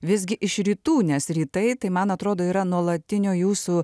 visgi iš rytų nes rytai tai man atrodo yra nuolatinio jūsų